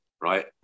right